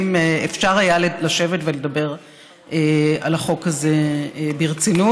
אפשר היה לשבת ולדבר על החוק הזה ברצינות.